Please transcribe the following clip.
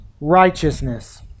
righteousness